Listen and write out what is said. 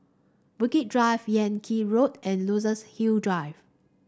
Bukit Drive Yan Kit Road and Luxus Hill Drive